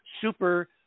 super